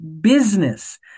business